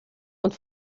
und